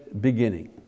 beginning